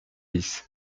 dix